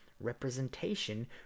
representation